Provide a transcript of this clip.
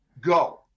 go